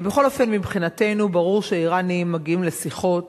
בכל אופן, מבחינתנו, ברור שהאירנים מגיעים לשיחות